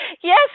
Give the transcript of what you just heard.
Yes